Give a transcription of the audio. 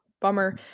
Bummer